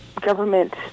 government